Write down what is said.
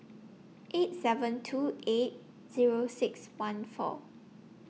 eight seven two eight Zero six one four